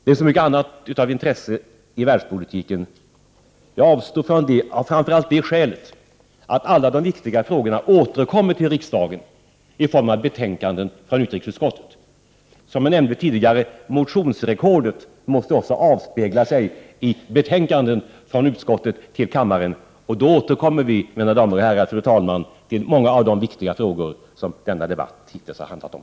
Det är så mycket annat av intresse i världspolitiken, men jag avstår från detta av framför allt det skälet, att alla de viktiga frågorna återkommer till riksdagen i form av betänkanden från utrikesutskottet. Det motionsrekord som jag nämnde tidigare måste ju avspegla sig i betänkanden från utskottet till kammaren, och då återkommer vi, mina damer och herrar och fru talman, tiil många av de viktiga frågor som denna debatt hittills har handlat om.